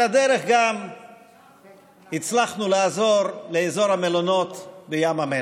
על הדרך גם הצלחנו לעזור לאזור המלונות בים המלח.